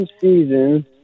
season